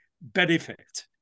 benefit